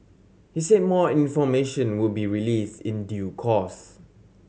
he said more information would be released in due course